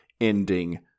ending